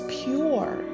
pure